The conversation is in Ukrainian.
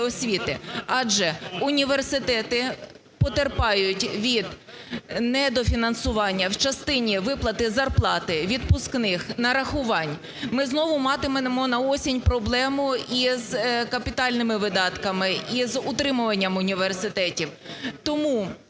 Адже університети потерпають від недофінансування в частині виплати зарплати, відпускних нарахувань, ми знову матимемо на осінь проблему із капітальними видатками, із утримуванням університетів.